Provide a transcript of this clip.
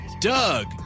Doug